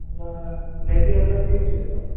నా ఎయిటీన్ హండ్రెడ్కి ఇచ్చేస్తాము